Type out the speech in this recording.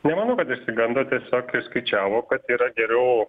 nemanau kad išsigando tiesiog išskaičiavo kad yra geriau